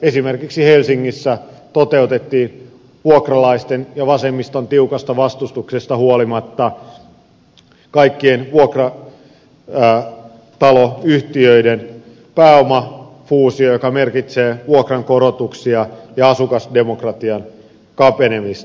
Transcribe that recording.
esimerkiksi helsingissä toteutettiin vuokralaisten ja vasemmiston tiukasta vastustuksesta huolimatta kaikkien vuokrataloyhtiöiden pääomafuusio joka merkitsee vuokrankorotuksia ja asukasdemokratian kapenemista